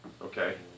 Okay